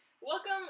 Welcome